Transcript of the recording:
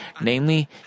Namely